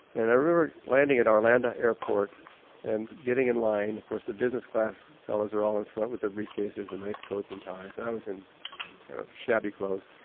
and i remember landing at arlanda airport and getting in line, of course the business class fellows are all in front, their briefcases and nice coats and ties and i was in kind of shabby clothes,